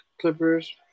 Clippers